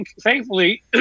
thankfully